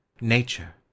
Nature